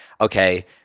okay